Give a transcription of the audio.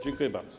Dziękuję bardzo.